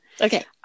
Okay